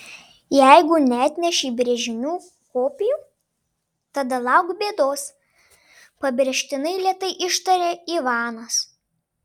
jeigu neatnešei brėžinių kopijų tada lauk bėdos pabrėžtinai lėtai ištarė ivanas